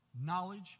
knowledge